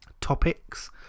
topics